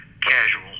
casual